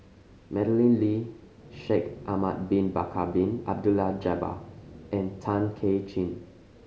Madeleine Lee Shaikh Ahmad Bin Bakar Bin Abdullah Jabbar and Tay Kay Chin